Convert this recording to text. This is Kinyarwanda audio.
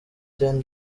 ten